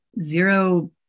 zero